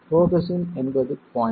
cohesion என்பது bond